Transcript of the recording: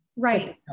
Right